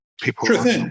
people